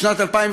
בשנת 2015,